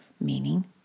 meaning